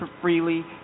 freely